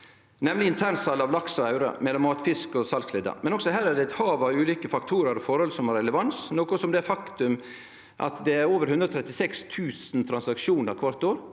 nemleg internsal av laks og aure mellom matfisk og salsledda. Men også her er det eit hav av ulike faktorar og forhold som har relevans, noko som det faktumet at det er over 136 000 transaksjonar kvart år,